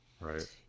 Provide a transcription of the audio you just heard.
Right